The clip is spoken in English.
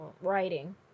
Writing